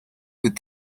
with